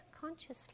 consciously